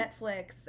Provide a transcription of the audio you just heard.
Netflix